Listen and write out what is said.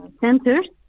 centers